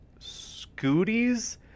scooties